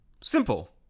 Simple